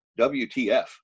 WTF